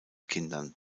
kindern